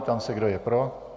Ptám se, kdo je pro.